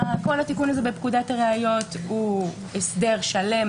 כל התיקון בפקודת הראיות הוא הסדר שלם,